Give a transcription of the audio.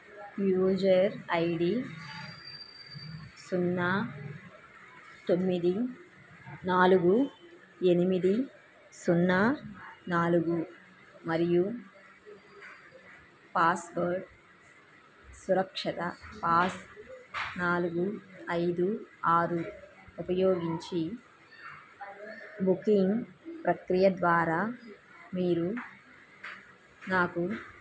నా user ID సున్నా తొమ్మిది నాలుగు ఎనిమిది సున్నా నాలుగు మరియు పాస్వర్డ్ సురక్షత పాస్ నాలుగు ఐదు ఆరు ఉపయోగించి బుకింగ్ ప్రక్రియ ద్వారా మీరు నాకు